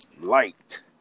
light